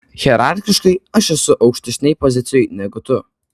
hierarchiškai aš esu aukštesnėj pozicijoj negu tu